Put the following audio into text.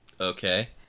okay